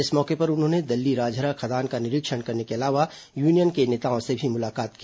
इस मौके पर उन्होंने दल्ली राजहरा खदान का निरीक्षण करने के अलावा यूनियन के नेताओं से भी मुलाकात की